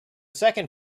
second